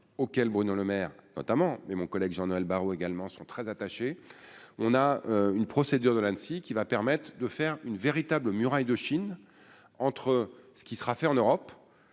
auquel Bruno Lemaire notamment, mais mon collègue Jean-Noël Barrot également sont très attachés, on a une procédure de Nancy qui va permettre de faire une véritable muraille de Chine entre ce qui sera fait en Europe,